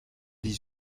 dix